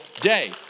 day